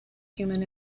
human